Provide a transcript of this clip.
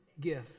gift